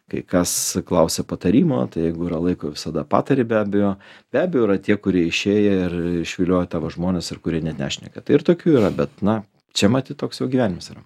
kai kas klausia patarimo jeigu yra laiko visada patari be abejo be abejo yra tie kurie išėję ir išviliojo tavo žmones ir kurie net nešneka tai ir tokių yra bet na čia matyt toks jau gyvenimas yra